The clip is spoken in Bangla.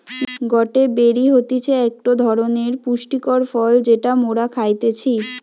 গটে বেরি হতিছে একটো ধরণের পুষ্টিকর ফল যেটা মোরা খাইতেছি